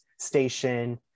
station